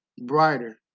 brighter